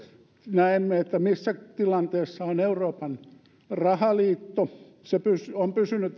näemme missä tilanteessa on euroopan rahaliitto se on pysynyt